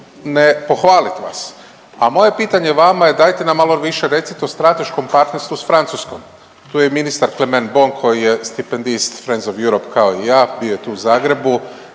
ne pohvalit vas? A moje pitanje vama je, dajte nam malo više recite o strateškom partnerstvu s Francuskom. Tu je i ministar Clement Beaune koji je stipendist .../Govornik se ne razumije./... of Europe kao i ja, bio je tu u Zagrebu,